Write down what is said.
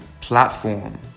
platform